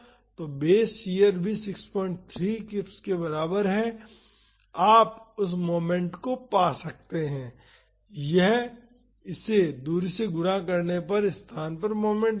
तो base shear भी 63 kips के बराबर है आप उस मोमेंट को पा सकते हैं यह इसे दूरी से गुणा करने उस स्थान पर मोमेंट देगा